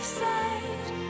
side